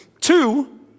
Two